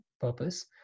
purpose